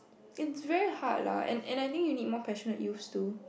and it's very hard lah and and I think you need more passionate youths to